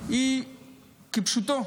היא כפשוטו: